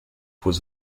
was